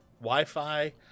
Wi-Fi